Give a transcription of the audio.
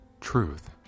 truth